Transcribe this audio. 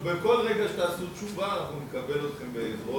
אז בכל רגע שתעשו תשובה אנחנו נקבל אתכם אלינו.